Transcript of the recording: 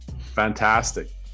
Fantastic